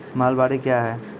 महलबाडी क्या हैं?